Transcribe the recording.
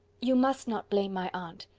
you must not blame my aunt.